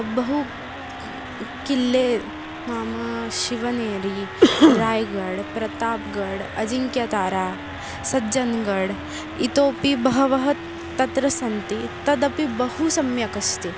बहु किल्ले नाम शिवनेरी रायगढ् प्रताप्गढ् अजिङ्क्यतारा सज्जन्गढ् इतोपि बहवः तत्र सन्ति तदपि बहु सम्यक् अस्ति